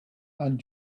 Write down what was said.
and